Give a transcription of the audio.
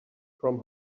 from